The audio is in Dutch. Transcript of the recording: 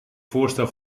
voorstel